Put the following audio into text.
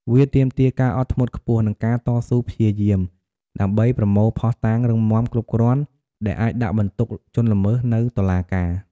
វាទាមទារការអត់ធ្មត់ខ្ពស់ និងការតស៊ូព្យាយាម ដើម្បីប្រមូលភស្តុតាងរឹងមាំគ្រប់គ្រាន់ដែលអាចដាក់បន្ទុកជនល្មើសនៅតុលាការ។